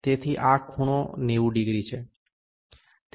તેથી આ ખૂણો 90 ડિગ્રી છે